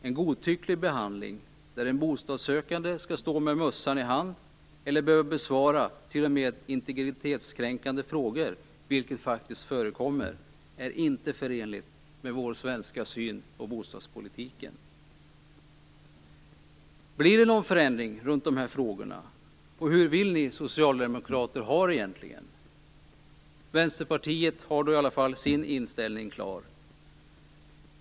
En godtycklig behandling, där den bostadssökande skall stå med mössan i handen eller behöva besvara t.o.m. integritetskränkande frågor, vilket faktiskt förekommer, är inte förenligt med vår svenska syn på bostadspolitiken. Blir det någon förändring beträffande dessa frågor? Och hur vill ni socialdemokrater ha det egentligen? Vänsterpartiet har i alla fall sin inställning klar.